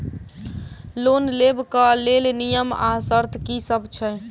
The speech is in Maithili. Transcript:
लोन लेबऽ कऽ लेल नियम आ शर्त की सब छई?